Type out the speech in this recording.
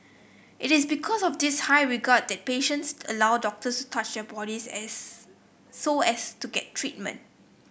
it is because of this high regard that patients allow doctors to touch their bodies as so as to get treatment